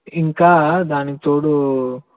ఇంకా దానికి తోడు